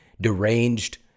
deranged